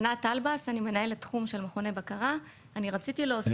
ענת אלבס, אני מנהלת תחום של מכוני בקרה.